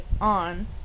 on